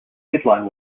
headline